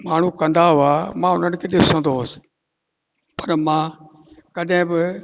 माण्हू कंदा हुआ मां उन्हनि खे ॾिसंदो हुउसि पर मां कॾहिं बि